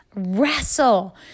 wrestle